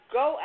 go